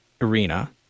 arena